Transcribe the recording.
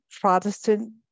Protestant